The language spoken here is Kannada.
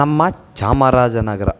ನಮ್ಮ ಚಾಮರಾಜನಗರ